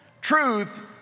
Truth